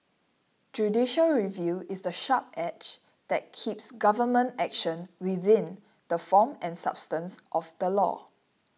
judicial review is the sharp edge that keeps government action within the form and substance of the law